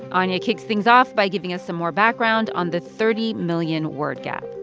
anya kicks things off by giving us some more background on the thirty million word gap